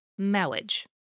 Mowage